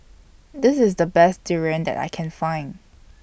This IS The Best Durian that I Can Find